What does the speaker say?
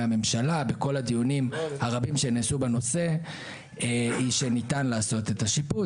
הממשלה בכל הדיונים הרבים שנעשו בנושא זה שניתן לעשות את השיפוץ.